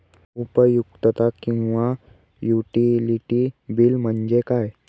उपयुक्तता किंवा utility bill म्हणजे काय?